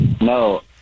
no